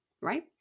Right